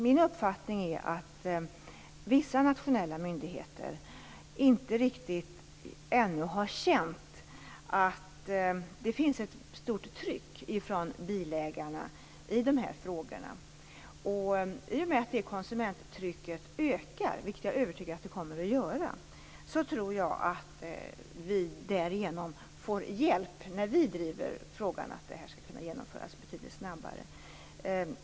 Min uppfattning är att vissa nationella myndigheter ännu inte riktigt har känt att det finns ett starkt tryck från bilägarna i de här frågorna. I och med att konsumenttrycket ökar - vilket jag är övertygad om att det kommer att göra - tror jag att vi därigenom får hjälp när vi driver frågan att det skall kunna genomföras betydligt snabbare.